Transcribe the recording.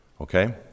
Okay